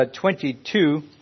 22